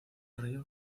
río